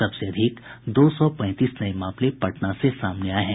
सबसे अधिक दो सौ पैंतीस नये मामले पटना से सामने आये हैं